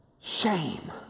shame